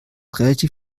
relativ